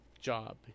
job